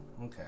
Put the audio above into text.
Okay